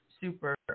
super